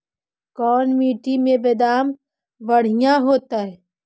कोन मट्टी में बेदाम बढ़िया होतै?